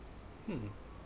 hmm